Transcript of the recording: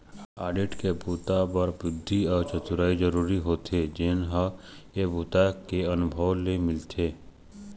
audit के बूता बर बुद्धि अउ चतुरई जरूरी होथे जेन ह ए बूता के अनुभव ले मिलथे